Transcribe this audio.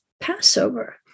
Passover